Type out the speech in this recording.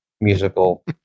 musical